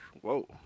Whoa